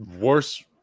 worse